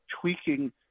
tweaking